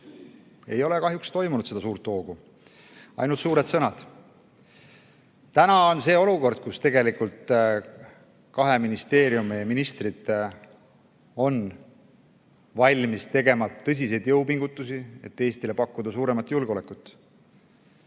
Ei ole kahjuks olnud seda suurt hoogu. Ainult suured sõnad. Praegu oleme olukorras, kus kahe ministeeriumi ministrid on valmis tegema tõsiseid jõupingutusi, et Eestile pakkuda suuremat julgeolekut,